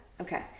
Okay